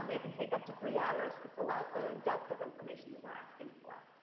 it can take up to three hours to fill out the depth of information that we're asking for.